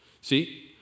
See